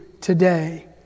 today